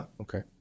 okay